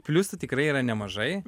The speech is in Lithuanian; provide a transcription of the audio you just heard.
pliusų tikrai yra nemažai